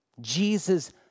Jesus